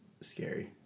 scary